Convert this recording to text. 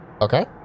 Okay